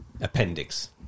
appendix